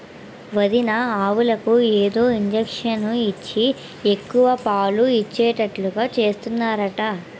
వదినా ఆవులకు ఏదో ఇంజషను ఇచ్చి ఎక్కువ పాలు ఇచ్చేటట్టు చేస్తున్నారట